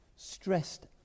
stressed